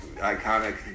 iconic